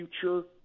future